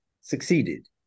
succeeded